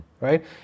Right